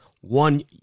one